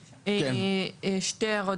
כן, שתי הערות.